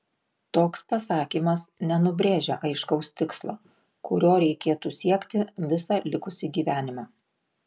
toks pasakymas nenubrėžia aiškaus tikslo kurio reikėtų siekti visą likusį gyvenimą